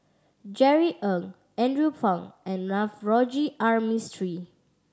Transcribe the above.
Jerry Ng Andrew Phang and Navroji R Mistri